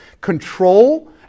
Control